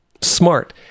smart